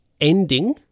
Ending